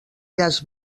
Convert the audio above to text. llaç